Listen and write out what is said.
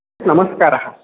नमस्कारः